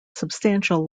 substantial